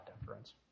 difference